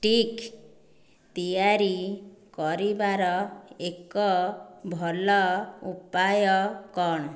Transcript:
stick ତିଆରି କରିବାର ଏକ ଭଲ ଉପାୟ କ'ଣ